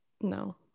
no